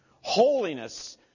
Holiness